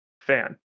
fan